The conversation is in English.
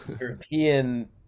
European